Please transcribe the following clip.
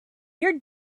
your